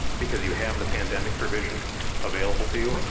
because you have the pandemic provision available to